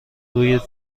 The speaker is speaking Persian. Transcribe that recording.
روی